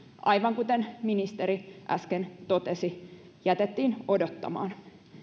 aivan kuten ministeri äsken totesi jätettiin odottamaan